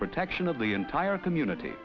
protection of the entire community